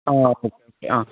ആ ഓക്കേ ആ